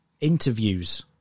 interviews